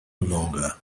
longer